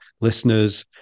listeners